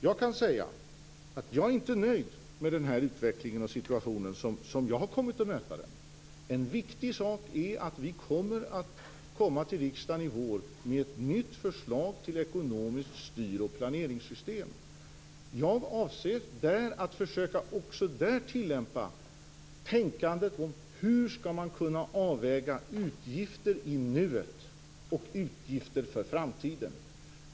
Jag är inte nöjd med här utvecklingen och situationen som jag har kommit att möta den. En viktig sak är att vi kommer till riksdagen i vår med ett nytt förslag till ekonomiskt styr och planeringssystem. Jag avser att också där försöka tillämpa tankarna på hur man skall kunna avväga utgifter i nuet och utgifter för framtiden.